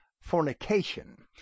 fornication